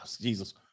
Jesus